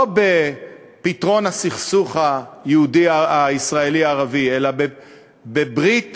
לא בפתרון הסכסוך הישראלי ערבי, אלא בברית